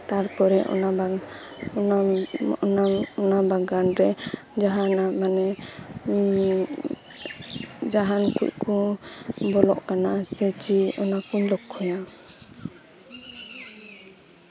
ᱛᱟᱨᱯᱚᱨᱮ ᱚᱱᱟ ᱵᱟᱜᱟᱱᱨᱮ ᱡᱟᱦᱟᱱᱟᱜ ᱢᱟᱱᱮ ᱡᱟᱦᱟᱸ ᱠᱚᱱ ᱠᱚ ᱵᱚᱞᱚᱜ ᱠᱟᱱᱟ ᱥᱮ ᱪᱮᱫ ᱚᱱᱟ ᱠᱚ ᱞᱚᱠᱠᱷᱚ ᱦᱳᱭᱳᱜᱼᱟ